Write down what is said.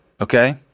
okay